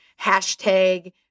hashtag